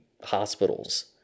hospitals